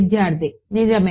విద్యార్థి నిజమే